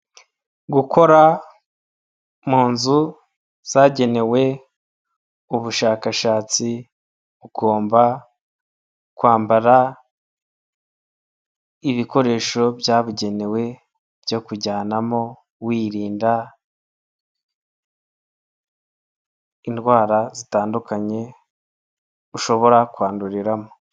Gukora mu nzu zagenewe ubushakashatsi, ugomba kwambara ibikoresho byabugenewe byo kujyanamo, wirinda indwara zitandukanye ushobora kwanduriramo.